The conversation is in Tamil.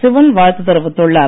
சிவன் வாழ்த்து தெரிவித்துள்ளார்